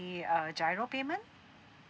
uh G_I_R_O payment